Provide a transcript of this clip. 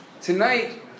Tonight